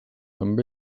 amb